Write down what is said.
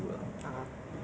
你可以把握